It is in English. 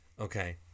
Okay